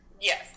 Yes